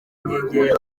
nkengero